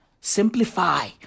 Simplify